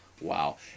wow